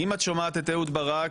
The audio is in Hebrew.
אם את שומעת את אהוד ברק,